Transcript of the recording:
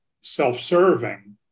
self-serving